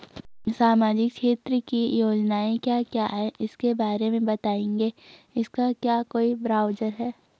सामाजिक क्षेत्र की योजनाएँ क्या क्या हैं उसके बारे में बताएँगे इसका क्या कोई ब्राउज़र है?